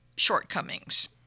shortcomings